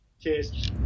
Cheers